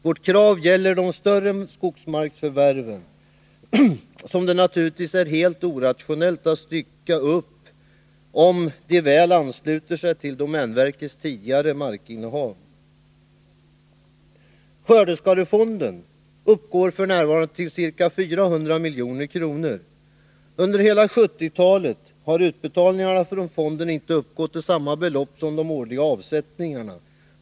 Vårt krav gäller de större skogsmarksförvärven, som det naturligtvis är helt orationellt att stycka upp om de väl ansluter sig till domänverkets tidigare markinnehav. Skördeskadefonden uppgår f. n. till ca 400 milj.kr. Under hela 1970-talet har utbetalningarna från fonden inte uppgått till samma belopp som de årliga avsättningarna.